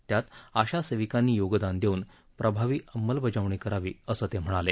त्यात आशा सेविकांनी योगदान देऊन प्रभावी अंमलबजावणी करावी असं ते म्हणाले